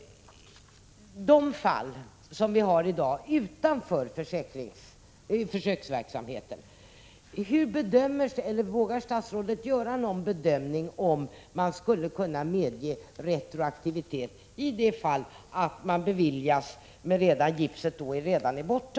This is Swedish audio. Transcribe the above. Beträffande de fall som ligger utanför försöksverksamheten skulle jag vilja fråga om statsrådet vågar göra någon bedömning av om man skulle kunna medge retroaktivitet när gipset redan har tagits bort.